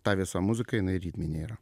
tą visą muziką jinai ritminė ir